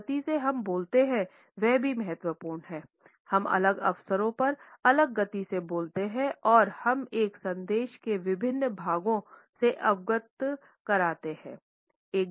जिस गति से हम बोलते हैं वह भी महत्वपूर्ण है हम अलग अवसरों अलग गति से बोलते हैं और हम एक संदेश के विभिन्न भागों से अवगत कराते हैं